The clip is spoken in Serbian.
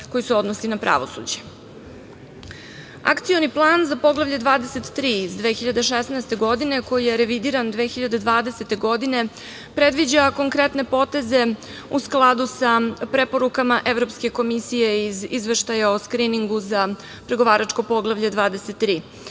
koji se odnosi na pravosuđe. Akcioni plan za Poglavlje 23 iz 2016. godine koji je revidiran 2020. godine predviđa konkretne poteze u skladu sa preporukama Evropske komisije iz Izveštaja o skriningu za pregovaračko Poglavlje 23.